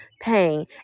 pain